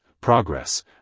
progress